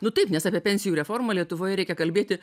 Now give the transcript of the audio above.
nu taip nes apie pensijų reformą lietuvoje reikia kalbėti